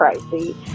crazy